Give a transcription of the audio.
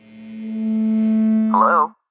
Hello